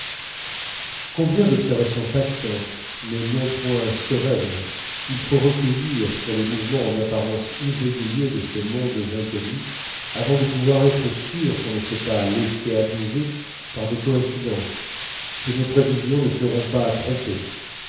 combien d'observations patientes mais non point sereines il faut recueillir sur les mouvements en apparence irréguliers de ces mondes inconnus avant de pouvoir être sûr qu'on ne s'est pas laissé abuser par des coïncidences que nos prévisions ne seront pas trompées